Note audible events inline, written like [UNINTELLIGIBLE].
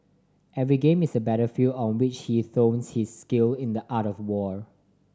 every game is a battlefield on which he [UNINTELLIGIBLE] his skill in the art of war